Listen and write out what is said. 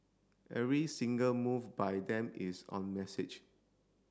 every single move by them is on message